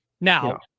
now